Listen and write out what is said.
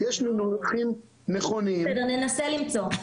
ננסה למצוא.